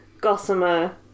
gossamer